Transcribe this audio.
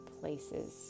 places